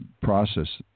process